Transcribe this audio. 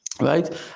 Right